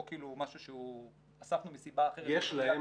או משהו שאספנו מסיבה אחרת ו --- יש להם,